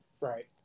Right